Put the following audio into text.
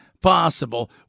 possible